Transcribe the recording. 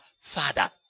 father